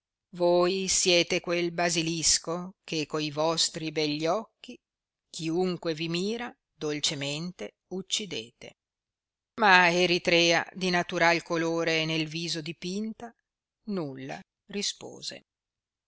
voi siete quel basilisco che coi vostri begli occhi chiunque vi mira dolcemente uccidete ma eritrea di naturai colore nel viso depinta nulla rispose